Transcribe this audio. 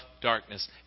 darkness